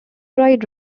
ride